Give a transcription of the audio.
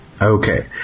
Okay